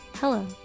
Hello